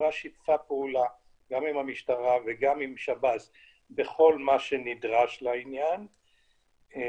החברה שיתפה פעולה גם עם המשטרה וגם עם שב"ס בכל מה שנדרש לעניין ומרגע